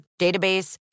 database